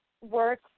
work